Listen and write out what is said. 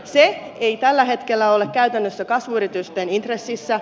se ei tällä hetkellä ole käytännössä kasvuyritysten intressissä